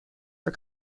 for